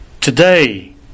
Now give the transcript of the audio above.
Today